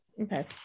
Okay